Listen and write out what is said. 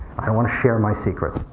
i don't want to share my secrets.